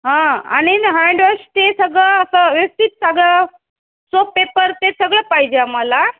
हा आणि hand wash ते सगळं असं व्यवस्थित सगळं सोप पेपर ते सगळं पाहिजे आम्हाला